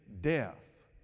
death